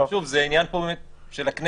זה עניין של הכנסת.